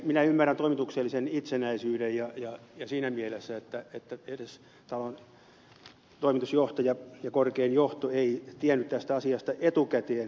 minä ymmärrän toimituksellisen itsenäisyyden ja siinä mielessä että edes talon toimitusjohtaja ja talon korkein johto eivät tienneet tästä asiasta etukäteen